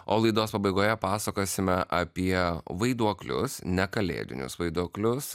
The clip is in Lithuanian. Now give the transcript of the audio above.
o laidos pabaigoje pasakosime apie vaiduoklius ne kalėdinius vaiduoklius